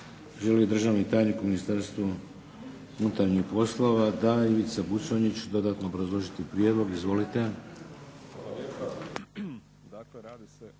Želi li državni tajnik u Ministarstvu unutarnjih poslova? Da. Dodatno obrazložiti prijedlog. Izvolite.